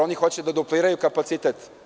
Oni hoće da dupliraju kapacitet.